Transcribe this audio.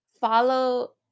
follow